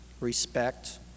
respect